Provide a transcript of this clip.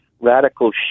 radical